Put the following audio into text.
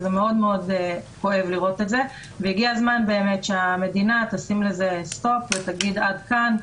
מאוד כואב לראות את זה והגיע הזמן שהמדינה תשים לזה סוף ותגיד "עד כאן".